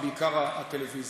ובעיקר הטלוויזיה.